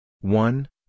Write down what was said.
one